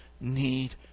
need